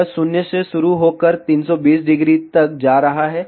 यह 0 से शुरू होकर 320 ° तक जा रहा है